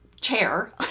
chair